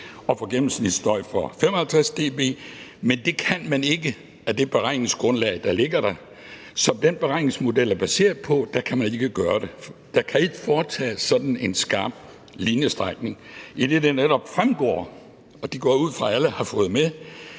og for gennemsnitsstøj for 55 dB, men det kan man ikke med det beregningsgrundlag, der ligger der, så i forhold til det, den beregningsmodel er baseret på, kan man ikke gøre det. Der kan ikke foretages sådan en skarp linjedragning, idet det netop fremgår af beregningsmaterialet –